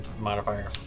modifier